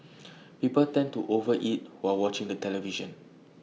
people tend to over eat while watching the television